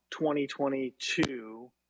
2022